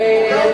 עולה?